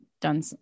done